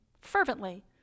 fervently